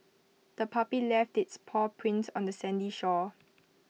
the puppy left its paw prints on the sandy shore